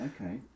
Okay